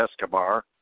Escobar